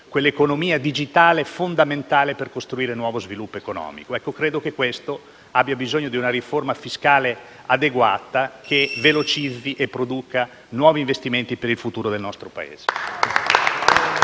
e l'economia digitale, fondamentale per costruire il nuovo sviluppo economico. Credo che ciò abbia bisogno di una riforma fiscale adeguata, che velocizzi e produca nuovi investimenti per il futuro del nostro Paese